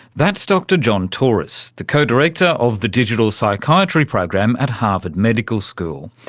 that's dr john torous, the co-director of the digital psychiatry program at harvard medical school.